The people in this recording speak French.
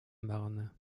marne